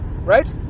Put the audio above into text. right